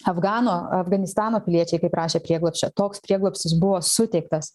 afgano afganistano piliečiai kaip prašė prieglobsčio toks prieglobstis buvo suteiktas